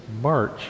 March